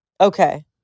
Okay